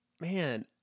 Man